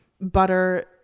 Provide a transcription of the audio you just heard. butter